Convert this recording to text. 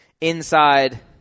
inside